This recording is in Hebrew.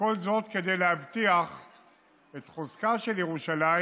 וכל זאת כדי להבטיח את חוזקה של ירושלים